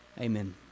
amen